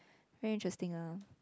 very interesting ah